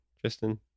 Tristan